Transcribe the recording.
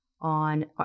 on